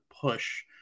push